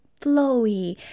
flowy